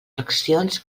flexions